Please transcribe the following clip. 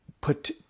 put